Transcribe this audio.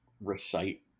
recite